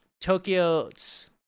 tokyo's